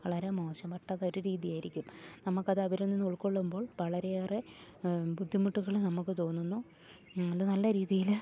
വളരെ മോശം പെട്ടതൊരു രീതിയായിരിക്കും നമുക്ക് അതവരിൽ നിന്നൊൾക്കൊള്ളുമ്പോൾ വളരെയേറെ ബുദ്ധിമുട്ടുകള് നമുക്ക് തോന്നുന്നു നല്ല രീതിയില്